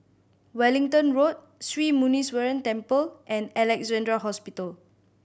Wellington Road Sri Muneeswaran Temple and Alexandra Hospital